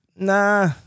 Nah